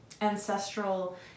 ancestral